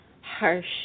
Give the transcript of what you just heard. Harsh